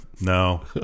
No